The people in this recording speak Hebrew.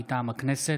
מטעם הכנסת: